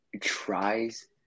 tries